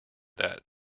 that